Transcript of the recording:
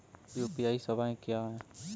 UPI सवायें क्या हैं?